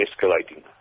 escalating